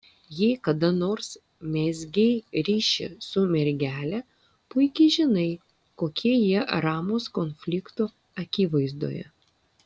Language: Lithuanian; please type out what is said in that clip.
jei kada nors mezgei ryšį su mergele puikiai žinai kokie jie ramūs konflikto akivaizdoje